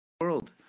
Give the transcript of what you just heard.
world